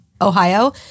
Ohio